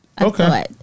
okay